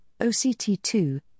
OCT2